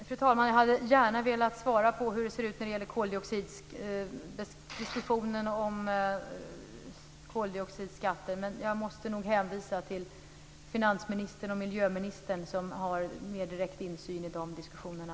Fru talman! Jag hade gärna velat svara på hur det ser ut när det gäller diskussionen om koldioxidskatten, men jag måste nog hänvisa till finansministern och miljöministern som har mer direkt insyn i de diskussionerna.